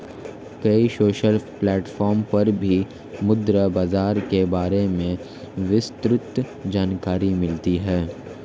कई social platform पर भी मुद्रा बाजार के बारे में विस्तृत जानकरी मिलती है